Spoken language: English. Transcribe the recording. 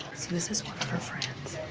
this is one of her friends.